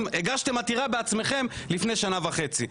הגשתם עליו עתירה בעצמכם לפני שנה וחצי.